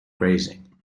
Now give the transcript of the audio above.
grazing